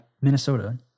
Minnesota